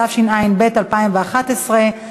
התשע"ב 2011,